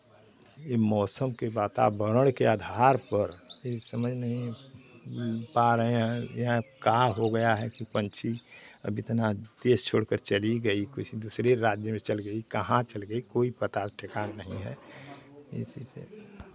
ये मौसम के वातावरण के आधार पर ये समझ नहीं पा रहे हैं का हो गया है कि पंछी अब इतना देश छोड़ कर चली गई किसी दूसरे राज्य में चली गई कहाँ चल गई कोई पता ठिकाना नहीं है इसीसे